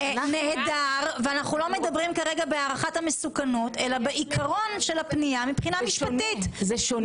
אבל אנחנו לא מדברים כרגע בהערכת מסוכנות אלא בעיקרון מבחינה משפטית.